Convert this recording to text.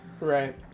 Right